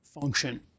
function